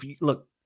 look